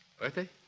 birthday